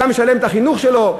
אתה משלם את החינוך שלו?